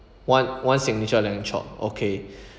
one one signature lamb chop okay